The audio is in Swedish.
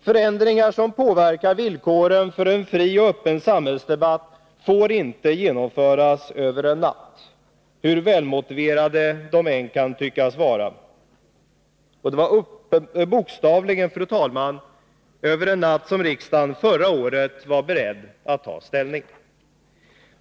Förändringar som påverkar villkoren för en fri och öppen samhällsdebatt får inte genomföras över en natt, hur välmotiverade de än kan tyckas vara. Och det var bokstavligen, fru talman, över en natt som riksdagen förra året var beredd att ta ställning.